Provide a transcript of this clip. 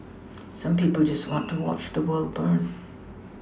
some people just want to watch the world burn